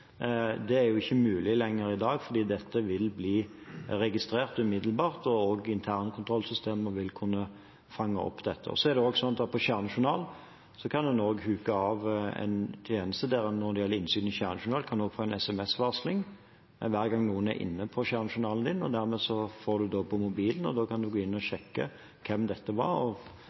Det er ikke mulig lenger i dag, fordi dette vil bli registrert umiddelbart, og internkontrollsystemet vil også kunne fange det opp. Så er det også slik at på kjernejournalen kan en nå huke av en tjeneste når det gjelder innsyn i kjernejournalen. En kan få en sms-varsling hver gang noen er inne på ens egen kjernejournal. Dermed får en det opp på mobilen og kan gå inn og sjekke hvem dette var. Hvis en plutselig får en sms om at noen har vært inne på ens egen journal og